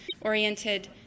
oriented